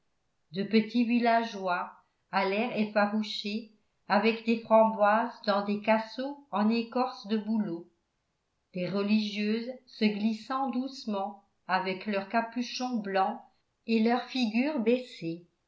de petits villageois à l'air effarouché avec des framboises dans des cassots en écorce de bouleau des religieuses se glissant doucement avec leurs capuchons blancs et leurs figures baissées